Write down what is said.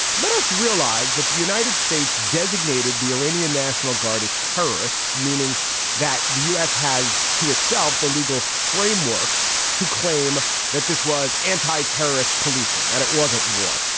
let us realize that the united states designated the iranian national guard as terrorists, meaning that the u s. has to itself. the legal framework to claim that this was anti-terrorist policing, that it wasn't war.